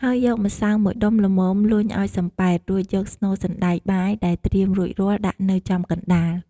ហើយយកម្សៅមួយដុំល្មម លញ់ឱ្យសំប៉ែត រួចយកស្នូលសណ្ដែកបាយដែលត្រៀមរួចរាល់ ដាក់នៅចំកណ្ដាល។